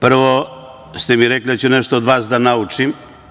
Prvo ste mi rekli da ću nešto od vas da naučim.